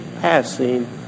passing